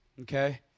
Okay